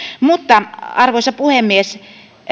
mutta arvoisa puhemies